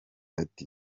ati